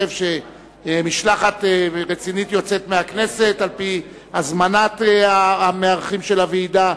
משלחת רצינית יוצאת מן הכנסת על-פי הזמנת המארחים של הוועידה.